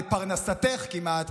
לפרנסתך כמעט,